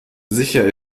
sicher